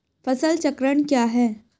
फसल चक्रण क्या है?